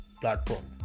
platform